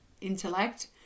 intellect